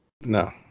no